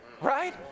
right